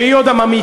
שהיא עוד הממעיטה,